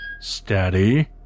Steady